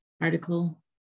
article